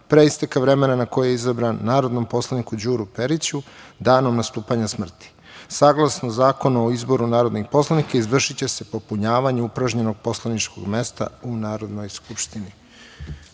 pre isteka vremena na koji je izabran, narodnom poslaniku Đuru Periću, danom nastupanja smrti. Saglasno Zakonu o izboru narodnih poslanika izvršiće se popunjavanje upražnjenog poslaničkog mesta u Narodnoj skupštini. Hvala